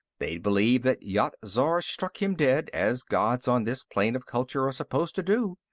they'd believe that yat-zar struck him dead, as gods on this plane of culture are supposed to do,